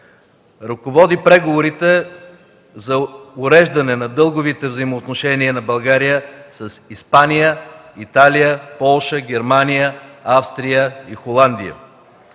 Ръководи преговорите за уреждане на дълговите взаимоотношения на България с Испания, Италия, Полша, Германия, Австрия и Холандия.